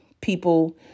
people